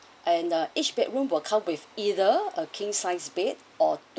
and ah each bedroom will come with either a king sized bed or two